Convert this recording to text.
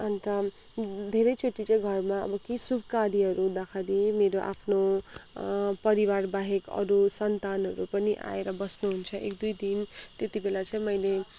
अन्त धेरैचोटि चाहिँ घरमा अब केही शुभकार्यहरू हुँदाखेरि मेरो आफ्नो परिवारबाहेक अरू सन्तानहरू पनि आएर बस्नुहुन्छ एकदुई दिन त्यति बेला चाहिँ मैले